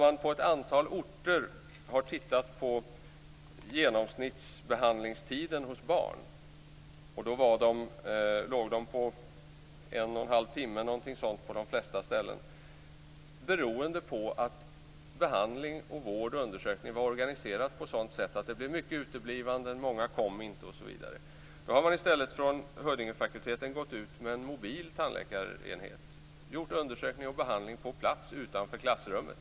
Man har på ett antal orter tittat närmare på den genomsnittliga behandlingstiden hos barn, som på de flesta ställen låg i storleksordningen en och en halv timme. Anledningen till det var att behandling och undersökning var organiserad så att det blev mycket uteblivanden. Huddingefakulteten har i stället gått ut med en mobil tandläkarenhet, som gjort undersökningar och behandlingar på plats, utanför klassrummet.